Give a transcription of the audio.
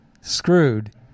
screwed